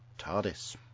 TARDIS